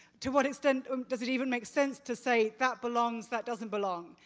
to what extent um does it even make sense to say that belongs that doesn't belong?